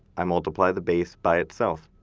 i multiply the base by itself.